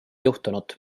juhtunud